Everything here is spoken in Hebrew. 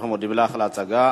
אנחנו מודים לך על ההצגה.